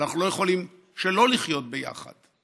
אנחנו לא יכולים שלא לחיות ביחד.